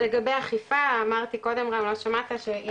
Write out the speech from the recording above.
לגבי אכיפה אמרתי קודם שיש, רם לא שמעת,